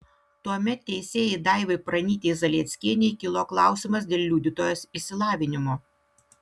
tuomet teisėjai daivai pranytei zalieckienei kilo klausimas dėl liudytojos išsilavinimo